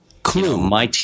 Clue